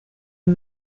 you